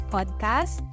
Podcast